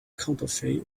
counterfeit